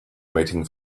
waiting